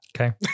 Okay